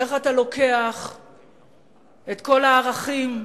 איך אתה לוקח את כל הערכים,